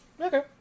okay